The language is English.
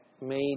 made